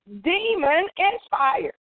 demon-inspired